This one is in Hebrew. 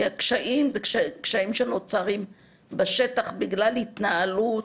כי הקשיים זה קשיים שנוצרים בשטח, בגלל התנהלות